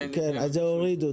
את זה הורידו.